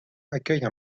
accueille